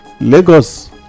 Lagos